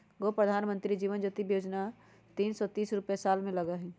गो प्रधानमंत्री जीवन ज्योति बीमा योजना है तीन सौ तीस रुपए साल में लगहई?